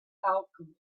alchemy